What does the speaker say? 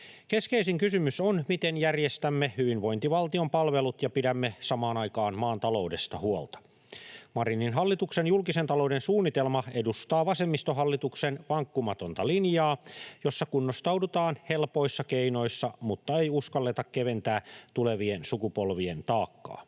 Keskeisin kysymys on, miten järjestämme hyvinvointivaltion palvelut ja pidämme samaan aikaan maan taloudesta huolta. Marinin hallituksen julkisen talouden suunnitelma edustaa vasemmistohallituksen vankkumatonta linjaa, jossa kunnostaudutaan helpoissa keinoissa mutta ei uskalleta keventää tulevien sukupolvien taakkaa.